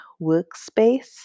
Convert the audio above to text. workspace